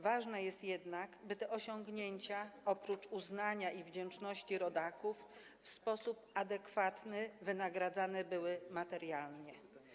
Ważne jest jednak, by te osiągnięcia, oprócz uznania i wdzięczności rodaków, w sposób adekwatny wynagradzane były materialnie.